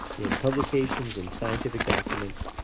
in publications and scientific documents,